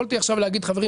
יכולתי עכשיו להגיד 'חברים,